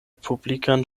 publikan